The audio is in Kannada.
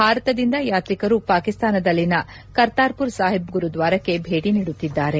ಭಾರತದಿಂದ ಯಾತ್ರಿಕರು ಪಾಕಿಸ್ತಾನದಲ್ಲಿನ ಕರ್ತಾರ್ಪುರ್ ಸಾಹಿಬ್ ಗುರುದ್ವಾರಕ್ಕೆ ಭೇಟಿ ನೀಡುತ್ತಿದ್ದಾರೆ